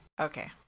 Okay